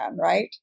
right